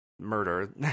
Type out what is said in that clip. murder